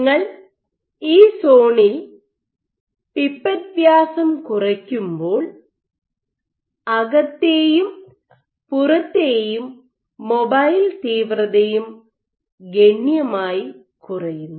നിങ്ങൾ ഈ സോണിൽ പിപ്പറ്റ് വ്യാസം കുറയ്ക്കുമ്പോൾ അകത്തേയും പുറത്തെയും മൊബൈൽ തീവ്രതയും ഗണ്യമായി കുറയുന്നു